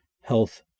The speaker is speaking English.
health